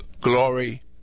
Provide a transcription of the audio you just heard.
glory